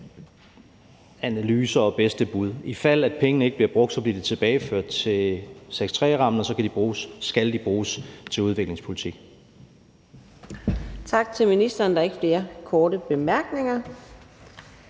analyser og bedste bud. Ifald at pengene ikke bliver brugt, bliver de tilbageført til 6.3-rammen, og så skal de bruges til udviklingspolitik.